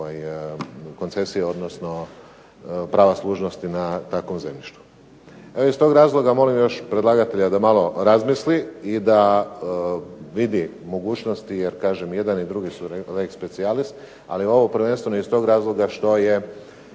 koncesije odnosno prava služnosti na takvom zemljištu. Iz tog razloga molim još predlagatelja da malo razmisli i da vidi mogućnosti, jer kažem i jedan i drugi su leg specialis, ali ovo prvenstveno iz tog razloga što su